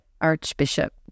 Archbishop